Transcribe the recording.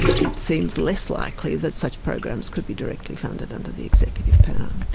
it seems less likely that such programs could be directly funded under the executive power.